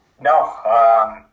No